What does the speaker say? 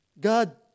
God